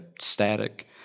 static